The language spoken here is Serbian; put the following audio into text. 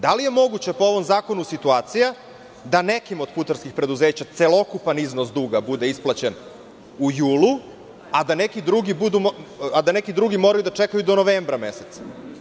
Da li je moguća po ovom zakonu situacija da nekim od putarskih preduzeća celokupan iznos duga bude isplaćen u julu, a da neki drugi moraju da čekaju do novembra meseca?